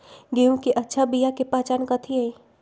गेंहू के अच्छा बिया के पहचान कथि हई?